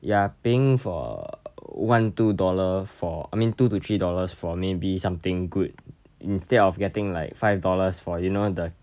you're paying for one two dollar for I mean two to three dollars for maybe something good instead of getting like five dollars for you know the